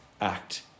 act